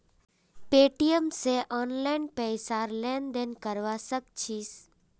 Paytm स online पैसार लेन देन करवा सक छिस